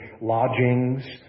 lodgings